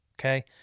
Okay